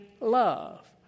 love